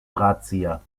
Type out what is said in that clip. drahtzieher